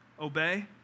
obey